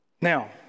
Now